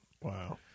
Wow